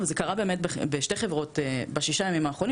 וזה קרה באמת בשתי חברות בשישה ימים האחרונים.